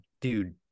Dude